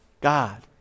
God